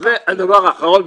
והדבר האחרון,